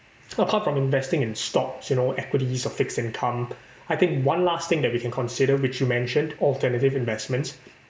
apart from investing in stocks you know equities or fixed income I think one last thing that we can consider which you mentioned alternative investments